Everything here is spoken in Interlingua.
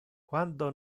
quando